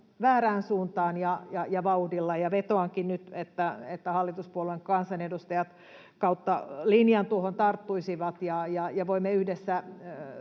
väärään suuntaan ja vauhdilla. Vetoankin nyt, että hallituspuolueiden kansanedustajat kautta linjan tuohon tarttuisivat ja voimme yhdessä